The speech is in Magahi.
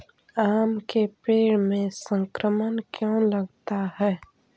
आम के पेड़ में संक्रमण क्यों लगता है?